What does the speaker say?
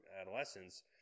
adolescence